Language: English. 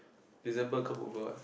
December come over